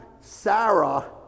Sarah